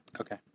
Okay